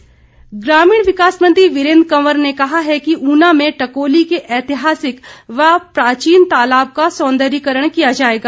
वीरेन्द्र कंवर ग्रामीण विकास मंत्री वीरेन्द्र कवर ने कहा है कि ऊना में टकोली के ऐतिहासिक व प्राचीन तालाब का सौंदर्यकरण किया जाएगा